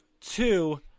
Two